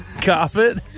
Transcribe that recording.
carpet